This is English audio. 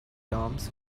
terms